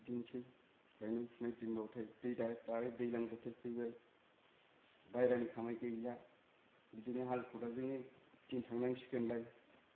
बिदिनोसै गायनाय फुनाय दिनबाथाय दालाय दैलां बोथोर फैबाय बायहेरानि खामानि गैला बिदिनो हाल खदालजोंनो दिन थांनांसिगोनलाय